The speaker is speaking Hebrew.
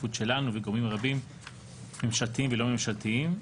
ההשתתפות שלנו וגורמים רבים ממשלתיים ולא ממשלתיים.